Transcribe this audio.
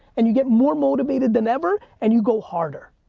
and you get more motivated than ever, and you go harder.